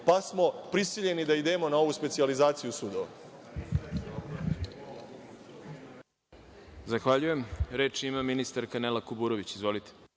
pa smo prisiljeni da idemo na ovu specijalizaciju sudova.